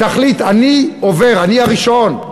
תחליט, אני עובר, אני הראשון.